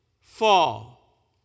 fall